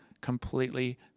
completely